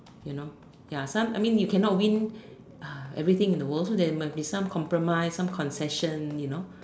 you know ya some I mean you cannot win uh everything in the world so there must be some compromise some concession you know